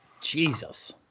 Jesus